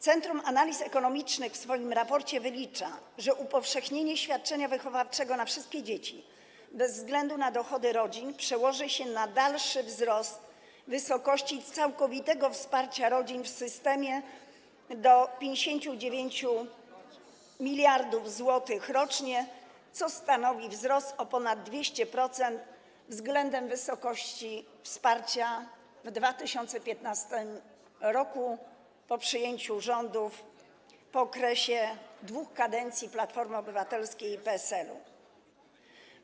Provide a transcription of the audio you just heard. Centrum Analiz Ekonomicznych w swoim raporcie wylicza, że upowszechnienie świadczenia wychowawczego na wszystkie dzieci bez względu na dochody rodzin przełoży się na dalszy wzrost wysokości całkowitego wsparcia rodzin w systemie do 59 mld zł rocznie, co stanowi wzrost o ponad 200% względem wysokości wsparcia w 2015 r. po przejęciu rządów po okresie dwóch kadencji Platformy Obywatelskiej i PSL-u.